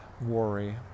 worry